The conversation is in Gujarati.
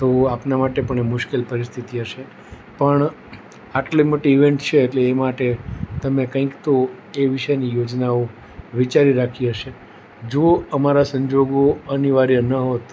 તો આપના માટે પણ મુશ્કેલ પરિસ્થિતિ હશે પણ આટલી મોટી ઇવેંટ છે એટલે એ માટે તમે કંઈક તો એ વિશેની યોજનાઓ વિચારી રાખી હશે જો અમારા સંજોગો અનિવાર્ય ન હોત